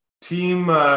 Team